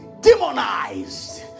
demonized